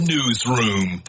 Newsroom